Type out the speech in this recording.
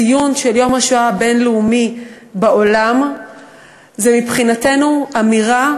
הציון של יום השואה הבין-לאומי בעולם הוא מבחינתנו אמירה,